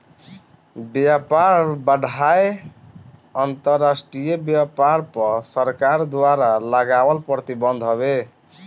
व्यापार बाधाएँ अंतरराष्ट्रीय व्यापार पअ सरकार द्वारा लगावल प्रतिबंध हवे